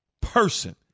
person